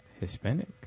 Hispanic